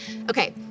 Okay